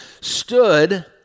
stood